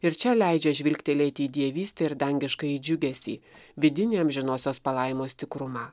ir čia leidžia žvilgtelėti į dievystę ir dangiškąjį džiugesį vidinį amžinosios palaimos tikrumą